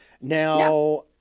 Now